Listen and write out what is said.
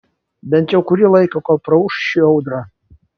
bent jau kurį laiką kol praūš ši audra